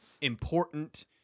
important